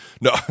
No